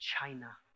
china